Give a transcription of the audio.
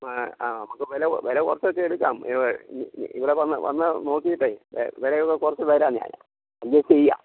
ആ ആ നമുക്ക് വില വില കുറച്ചൊക്കെ എടുക്കാം ഇവിടെ വന്നാൽ വന്നാൽ നോക്കിയിട്ടെ വെ വിലയൊക്കെ കുറച്ചു തരാം ഞാൻ അഡ്ജസ്റ്റ് ചെയ്യാം